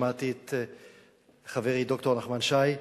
שמעתי את חברי ד"ר נחמן שי,